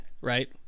right